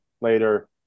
later